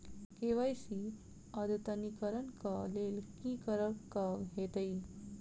KYC अद्यतनीकरण कऽ लेल की करऽ कऽ हेतइ?